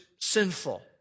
sinful